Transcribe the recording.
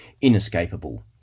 inescapable